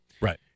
right